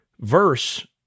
verse